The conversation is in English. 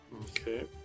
okay